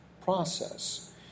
process